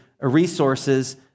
resources